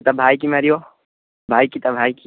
ସେ ତା ଭାଇକି ମାରିବ ଭାଇକି ତ ଭାଇକି